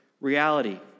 reality